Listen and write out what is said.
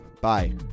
Bye